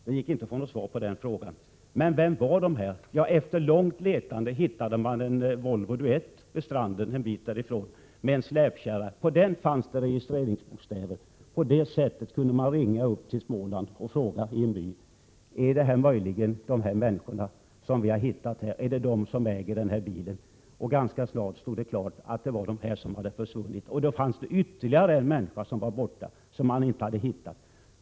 Det gick inte att få något svar på dessa frågor. Efter att ha letat en lång stund hittade man en bit därifrån på stranden en Volvo Duett med en släpkärra. På släpkärran fanns registreringsbokstäver. På så sätt kunde man ringa till en liten by i Småland och fråga om människorna som hade hittats i vattnet ägde denna bil. Ganska snart stod det klart vilka det var som hade försvunnit. Det visade sig att det fanns ytterligare en människa som var borta och som man inte hade hittat.